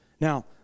Now